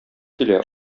килә